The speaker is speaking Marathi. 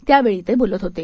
त्यावेळी ते बोलत होते